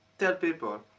tell people,